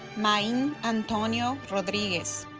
main antonio rodriguez